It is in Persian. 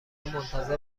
منتظر